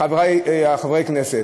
חברי חברי הכנסת,